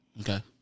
Okay